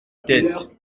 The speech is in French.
tête